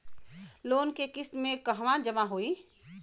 Loan के किस्त कहवा जामा होयी?